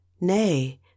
nay